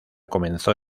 comenzó